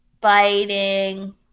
biting